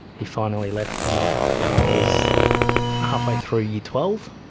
he finally left when ah when i was halfway through year twelve,